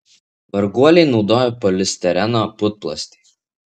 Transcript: varguoliai naudojo polistireno putplastį